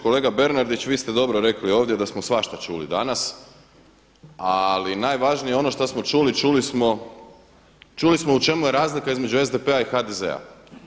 Kolega Bernardić vi ste dobro rekli ovdje da smo svašta čuli danas ali najvažnije ono što smo čuli, čuli smo, čuli smo u čemu je razlika između SDP-a i HDZ-a.